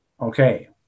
Okay